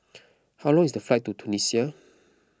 how long is the flight to Tunisia